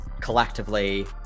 collectively